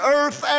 earth